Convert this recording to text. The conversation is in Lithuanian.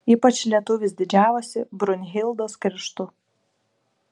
ypač lietuvis didžiavosi brunhildos kerštu